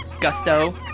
gusto